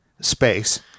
space